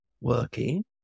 working